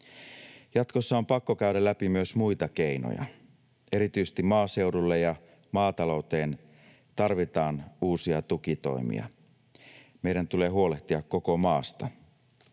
Jatkossa on pakko käydä läpi myös muita keinoja. Erityisesti maaseudulle ja maatalouteen tarvitaan uusia tukitoimia. Meidän tulee huolehtia koko maasta.